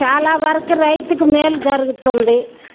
చాలా వరకు రైతుకి మేలు జరుగుతుంది